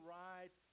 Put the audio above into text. right